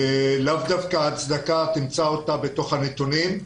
את ההצדקה לאו דווקא תמצא בתוך הנתונים.